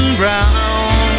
brown